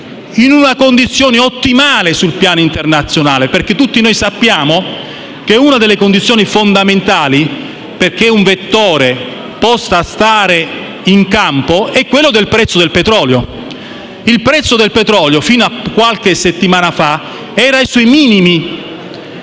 in una condizione ottimale sul piano internazionale? Tutti noi sappiamo che una delle condizioni fondamentali perché un vettore possa stare in campo è rappresentata dal prezzo del petrolio. Il prezzo del petrolio, fino a qualche settimana fa, era ai suoi minimi.